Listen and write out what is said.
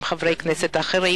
עם חברי כנסת אחרים.